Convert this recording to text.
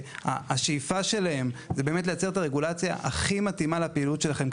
והשאיפה שלהם היא לייצר את הרגולציה הכי מתאימה לפעילות שלכם,